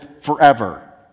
forever